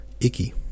icky